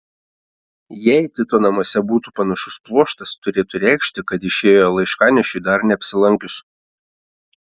jei tito namuose būtų panašus pluoštas turėtų reikšti kad išėjo laiškanešiui dar neapsilankius